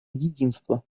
единство